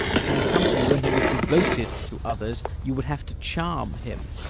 he would come to you when he was devoted to others you would have to charm him.